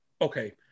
Okay